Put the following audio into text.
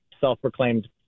self-proclaimed